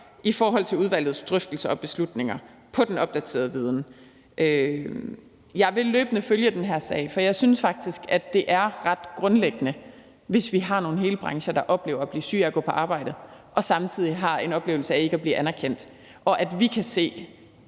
i forhold til udvalgets drøftelser og beslutninger på den opdaterede viden. Jeg vil løbende følge den her sag. For jeg synes faktisk, at det er ret grundlæggende, hvis vi har nogle hele brancher, hvor de oplever at blive syge af at gå på arbejde, og de samtidig har en oplevelse af ikke at blive anerkendt, og at vi kan se,